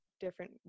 different